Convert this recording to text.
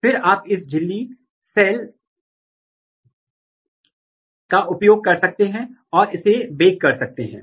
यदि आप pull down के लिए एंटी जीएसटी का उपयोग कर रहे हैं तो आप एंटी His एंटीबॉडी का उपयोग करके इम्यून ब्लॉटिंग कर सकते हैं